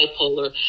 bipolar